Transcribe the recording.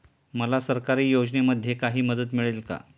मला सरकारी योजनेमध्ये काही मदत मिळेल का?